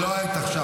זו לא העת עכשיו.